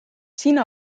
sina